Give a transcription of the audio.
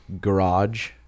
garage